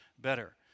better